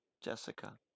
Jessica